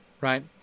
right